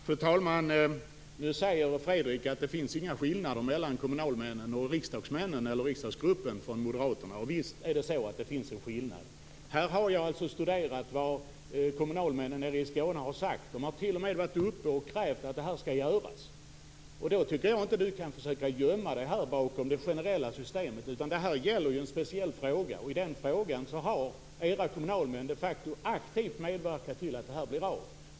Fru talman! Nu säger Fredrik Reinfeldt att det inte finns några skillnader mellan moderaternas kommunalmän och riksdagsgrupp. Visst finns det en skillnad. Jag har studerat vad kommunalmännen i Skåne har sagt. De har t.o.m. varit uppe i Stockholm och krävt att detta skall genomföras. Då skall inte Fredrik Reinfeldt försöka att gömma sig bakom det generella systemet. Detta gäller ju en speciell fråga, och i den frågan har era kommunalmän de facto aktivt medverkat till att detta blir av.